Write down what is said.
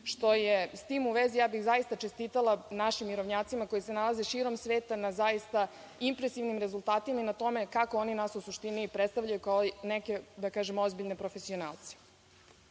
ishodom. S tim u vezi, zaista bih čestitala našim mirovnjacima koji se nalaze širom sveta na zaista impresivnim rezultatima i na tome kako oni nas u suštini predstavljaju kao neke ozbiljne profesionalce. Kada